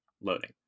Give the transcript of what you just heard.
loading